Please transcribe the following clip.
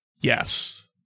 Yes